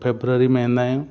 February में वेंदा आहियूं